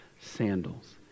sandals